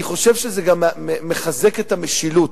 זה מחזק את המשילות.